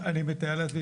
אני מתאר לעצמי,